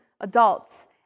adults